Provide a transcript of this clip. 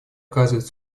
оказывает